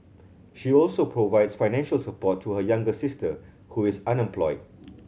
she also provides financial support to her younger sister who is unemployed